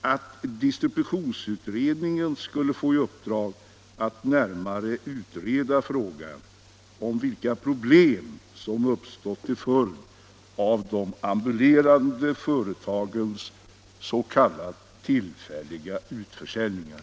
att distributionsutredningen skulle få i uppdrag att närmare utreda frågan om vilka problem som uppstått till följd av de ambulerande företagens s.k. tillfälliga utförsäljningar.